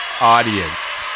audience